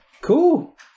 cool